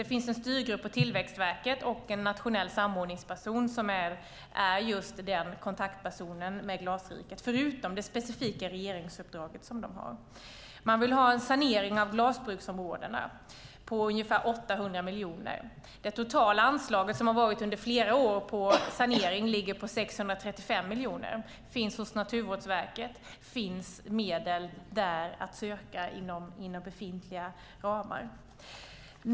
Det finns en styrgrupp på Tillväxtverket och en nationell samordningsperson som är just den kontaktpersonen när det gäller Glasriket, förutom det specifika regeringsuppdrag som de har. Man vill ha en sanering av glasbruksområdena som ligger på ungefär 800 miljoner. Det totala anslaget, som har varit under flera år, för sanering ligger på 635 miljoner. Det finns hos Naturvårdsverket. Det finns medel där att söka inom befintliga ramar.